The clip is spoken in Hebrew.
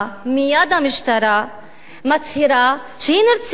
מייד המשטרה מצהירה שהיא נרצחה